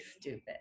stupid